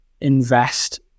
invest